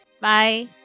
Bye